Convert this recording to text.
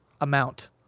amount